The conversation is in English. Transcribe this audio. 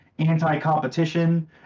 anti-competition